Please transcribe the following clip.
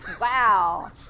wow